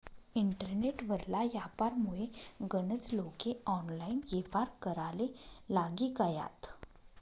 internet वरला यापारमुये गनज लोके ऑनलाईन येव्हार कराले लागी गयात